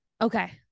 Okay